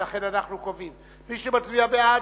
ולכן אנחנו קובעים: מי שמצביע בעד,